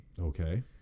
Okay